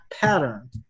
pattern